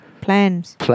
Plans